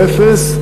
שהוא אפס,